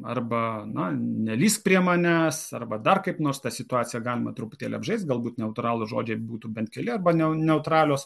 arba na nelįs prie manęs arba dar kaip nors tą situaciją galima truputėlį apžaist galbūt neutralūs žodžiai būtų bent keli arba neutralios